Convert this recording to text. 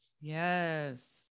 Yes